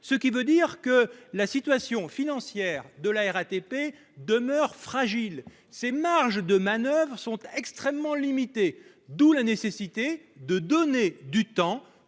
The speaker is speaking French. Cela veut dire que la situation financière de la RATP demeure fragile ; ses marges de manoeuvre sont extrêmement limitées. Il est donc nécessaire de donner du temps